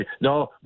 No